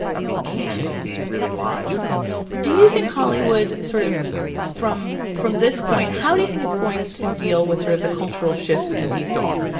not be canned and be really live do you think hollywood, sort of from from this point, how do you think it's going to deal with sort of the cultural shift in d c?